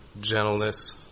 gentleness